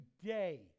today